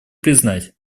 признать